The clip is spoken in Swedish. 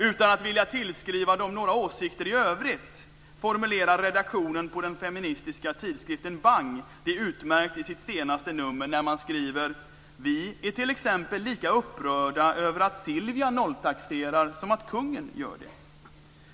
Utan att vilja tillskriva den några åsikter i övrigt kan jag säga att redaktionen på den feministiska tidskriften Bang formulerar det utmärkt i sitt senaste nummer när man skriver så här: "Vi är till exempel lika upprörda över att Silvia nolltaxerar som att kungen gör det."